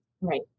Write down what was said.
Right